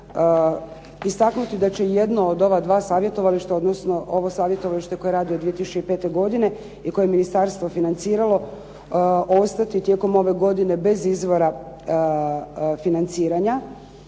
istaknuti da će jedno od ova dva savjetovališta, odnosno ovo savjetovalište koje radi od 2005. godine i koje je ministarstvo financiralo, ostati tijekom ove godine bez izvora financiranja.